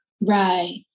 Right